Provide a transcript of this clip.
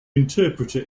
interpreter